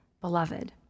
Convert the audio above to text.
beloved